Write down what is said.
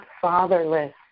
fatherless